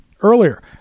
earlier